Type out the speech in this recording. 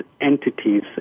entities